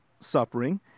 suffering